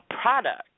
products